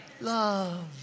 Love